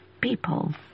people